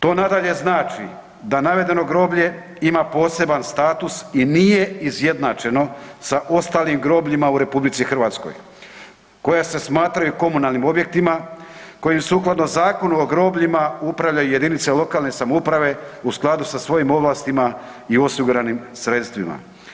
To nadalje znači da navedeno groblje ima poseban status i nije izjednačeno sa ostalim grobljima u RH koja se smatraju komunalnim objektima kojima sukladno Zakonu o grobljima upravljaju jedinice lokalne samouprave u skladu sa svojim ovlastima i osiguranim sredstvima.